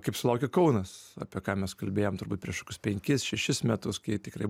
kaip sulaukė kaunas apie ką mes kalbėjom turbūt prieš kokius penkis šešis metus kai tikrai